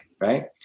right